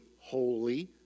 holy